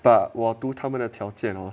but 我读他们的条件哦